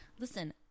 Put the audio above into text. listen